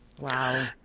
Wow